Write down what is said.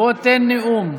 בוא, תן נאום.